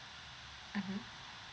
mmhmm